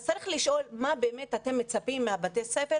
אז צריך לשאול מה באמת אתם מצפים מבתי הספר,